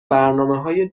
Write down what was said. برنامههای